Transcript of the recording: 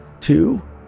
two